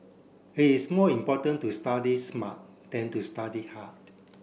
it is more important to study smart than to study hard